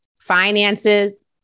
Finances